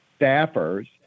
staffers